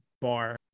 bar